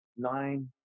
nine